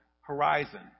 horizon